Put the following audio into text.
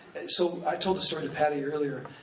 so i told this story to patty earlier,